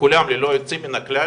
ללא יוצא מן הכלל